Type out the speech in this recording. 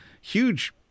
huge